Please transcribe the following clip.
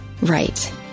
Right